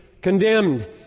condemned